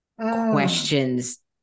questions